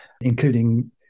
including